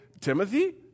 Timothy